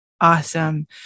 Awesome